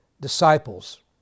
disciples